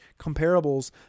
comparables